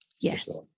Yes